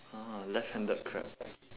ah left handed crab